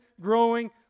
growing